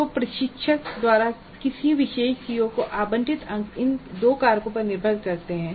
तो प्रशिक्षक द्वारा किसी विशेष सीओ को आवंटित अंक इन दो कारकों पर निर्भर करते हैं